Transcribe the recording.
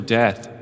death